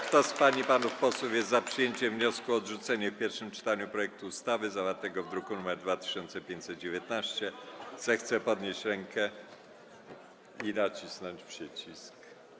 Kto z pań i panów posłów jest za przyjęciem wniosku o odrzucenie w pierwszym czytaniu projektu ustawy zawartego w druku nr 2519, zechce podnieść rękę i nacisnąć przycisk.